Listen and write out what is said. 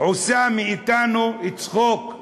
עושות מאתנו צחוק.